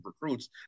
recruits